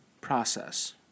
process